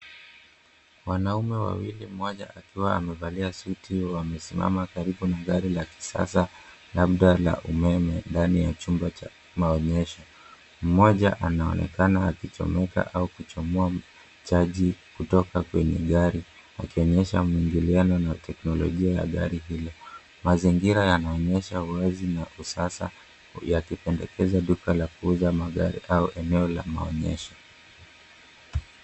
Wanaume wawili mmoja akiwa amevalia suti wamesimama karibu methali za kisasa, labda la umeme ndani ya chumba cha maonyesho. Mmoja anaonekana akichomeka au kuchomoa chaji kutoka kwenye gari akionyesha muingiliano na teknolojia gari hilo. Mazingira yameonyesha uwazi wa kisasa ya kupendekeza duka la kuuza magari au eneo la maonyesho.